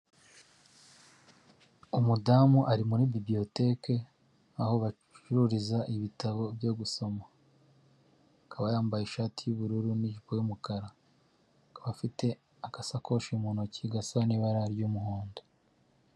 Umudamu ari muri bibiliyoteke aho bacururiza ibitabo byo gusoma, akaba yambaye ishati y'ubururu n'ijipo y'umukara, akaba afite agasakoshi mu ntoki gasa n'ibara ry'umuhondo.